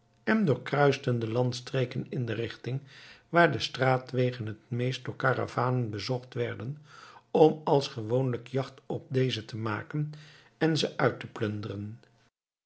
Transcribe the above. en doorkruisten de landstreken in de richting waar de straatwegen het meest door karavanen bezocht werden om als gewoonlijk jacht op deze te maken en ze uit te plunderen